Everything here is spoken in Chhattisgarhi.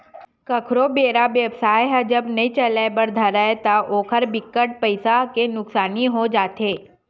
कखरो बेपार बेवसाय ह जब नइ चले बर धरय ता ओखर बिकट पइसा के नुकसानी हो जाथे